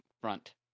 front